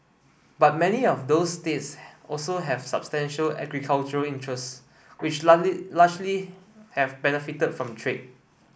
but many of those states also have substantial agricultural interests which largely have benefited from trade